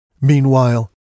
Meanwhile